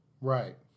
Right